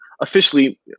officially